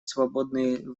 свободные